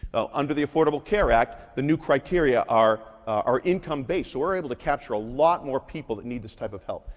under the affordable care act, the new criteria are are income-based, so we're able to capture a lot more people that need this type of help.